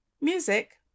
Music